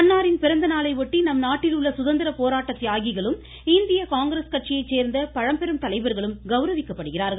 அன்னாரின் பிறந்த நாளையொட்டி நம்நாட்டிலுள்ள சுதந்திர போராட்ட தியாகிகளும் இந்திய காங்கிரஸ் கட்சியைச் சேர்ந்த பழம்பெரும் தலைவர்களும் கௌரவிக்கப்படுகிறார்கள்